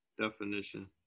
definition